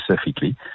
specifically